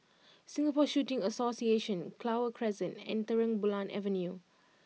Singapore Shooting Association Clover Crescent and Terang Bulan Avenue